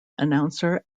announcer